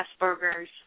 Asperger's